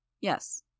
Yes